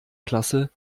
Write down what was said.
klasse